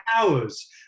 hours